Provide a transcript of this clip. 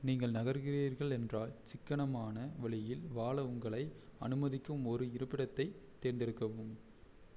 நீங்கள் நகர்கிறீர்கள் என்றால் சிக்கனமான வழியில் வாழ உங்களை அனுமதிக்கும் ஒரு இருப்பிடத்தைத் தேர்ந்தெடுக்கவும்